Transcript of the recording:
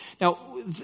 Now